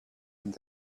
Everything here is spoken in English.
and